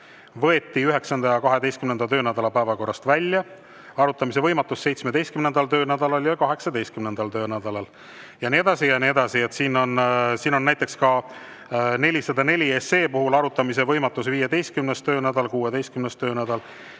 võeti 9. ja 12. töönädala päevakorrast välja, arutamise võimatus 17. töönädalal ja 18. töönädalal. Ja nii edasi ja nii edasi. Siin on näiteks ka 404 SE puhul arutamise võimatus 15. töönädalal, 16. töönädalal,